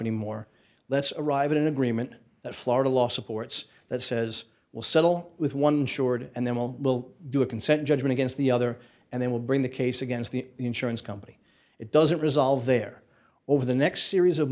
anymore let's arrive at an agreement that florida law supports that says will settle with one short and then we'll we'll do a consent judgment against the other and then we'll bring the case against the insurance company it doesn't resolve their over the next series of